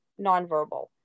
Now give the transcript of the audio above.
nonverbal